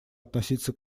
относиться